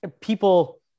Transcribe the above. people